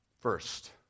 First